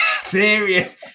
serious